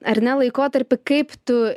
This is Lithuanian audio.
ar ne laikotarpį kaip tu